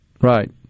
Right